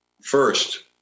First